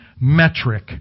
metric